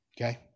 Okay